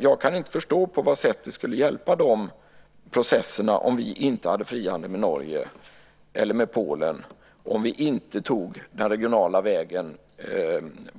Jag kan inte förstå på vad sätt det skulle hjälpa de processerna om vi inte hade frihandel med Norge eller med Polen, om vi inte tog den regionala vägen